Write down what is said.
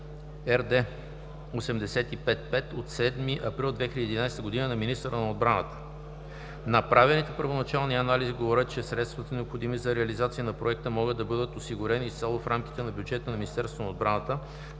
РД 85 5/7 април 2011 г. на министъра на отбраната. Направените първоначални анализи говорят, че средствата, необходими за реализация на Проекта, могат да бъдат осигурени изцяло в рамките на бюджета на Министерството на отбраната,